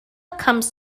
comes